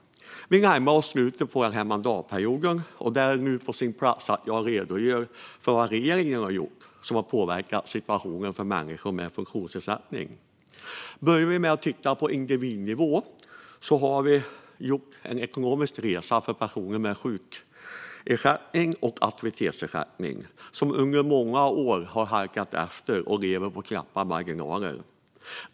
Vi närmar oss slutet av den här mandatperioden. Det är nu på sin plats att jag redogör för vad regeringen har gjort som påverkat situationen för människor med funktionsnedsättning. På individnivå har vi sett en ekonomisk resa för personer med sjukersättning eller aktivitetsersättning, som under många år halkat efter ekonomiskt och levt på knappa ekonomiska marginaler.